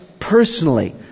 personally